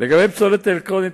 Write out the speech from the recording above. לגבי האמוניה,